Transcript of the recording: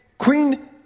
Queen